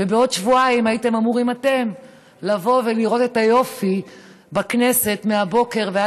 ובעוד שבועיים הייתם אמורים אתם לבוא ולראות את היום בכנסת שהיה